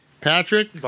Patrick